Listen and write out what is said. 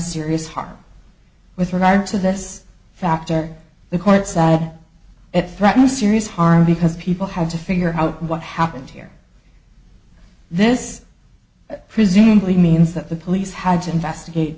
serious harm with regard to this factor the quite sad at threatening serious harm because people have to figure out what happened here this presumably means that the police had to investigate